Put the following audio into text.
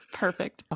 Perfect